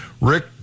rick